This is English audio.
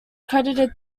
credited